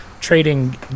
trading